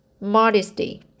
modesty